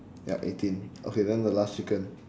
ya eighteen okay then the last chicken